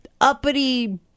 uppity